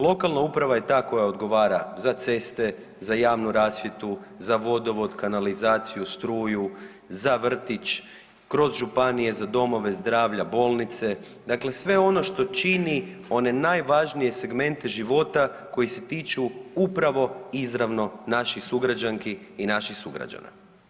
Lokalna uprava je ta koja odgovara za ceste, za javnu rasvjetu, za vodovod, kanalizaciju, struju, za vrtić, kroz županije za domove zdravlja, bolnice, dakle sve ono što čini one najvažnije segmente života koji se tiču upravo izravno naših sugrađanki i naših sugrađana.